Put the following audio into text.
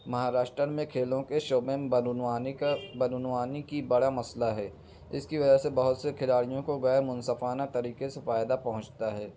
مہاراشٹر میں کھیلوں کے شعبے میں بدعنوانی کا بدعنوانی کی بڑا مسئلہ ہے اس کی وجہ سے بہت سے کھلاڑیوں کو غیر منصفانہ طریقے سے فائدہ پہنچتا ہے